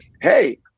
Hey